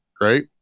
right